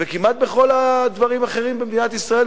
וכמעט בכל הדברים האחרים במדינת ישראל,